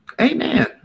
Amen